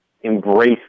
embrace